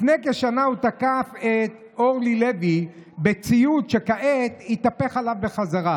לפני כשנה הוא תקף את אורלי לוי בציוץ שכעת התהפך עליו חזרה,